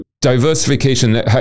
diversification